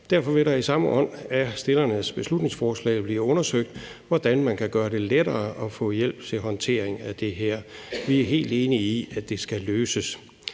Derfor vil der i samme ånd som den i forslagsstillernes beslutningsforslag blive undersøgt, hvordan man kan gøre det lettere at få hjælp til håndtering af det her. Vi er helt enige i, at det skal løses.